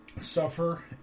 Suffer